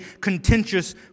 contentious